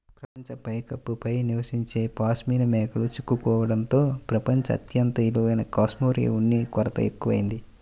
ప్రపంచ పైకప్పు పై నివసించే పాష్మినా మేకలు చిక్కుకోవడంతో ప్రపంచం అత్యంత విలువైన కష్మెరె ఉన్ని కొరత ఎక్కువయింది